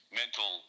mental